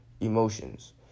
emotions